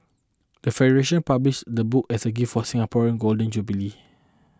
the federation published the book as a gift for Singapore in Golden Jubilee